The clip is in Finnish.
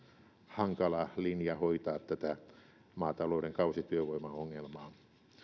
hankala linja hoitaa tätä maatalouden kausityövoimaongelmaa